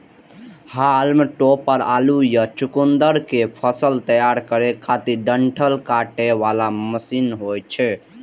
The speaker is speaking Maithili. हाल्म टॉपर आलू या चुकुंदर के फसल तैयार करै खातिर डंठल काटे बला मशीन होइ छै